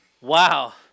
Wow